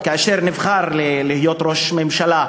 כאשר נבחר להיות ראש ממשלה,